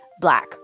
black